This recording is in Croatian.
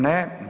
Ne.